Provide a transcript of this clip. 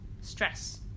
stress